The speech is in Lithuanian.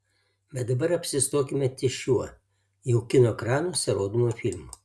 bet dabar apsistokime ties šiuo jau kino ekranuose rodomu filmu